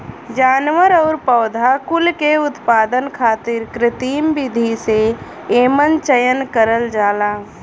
जानवर आउर पौधा कुल के उत्पादन खातिर कृत्रिम विधि से एमन चयन करल जाला